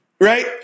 Right